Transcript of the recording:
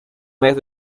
mes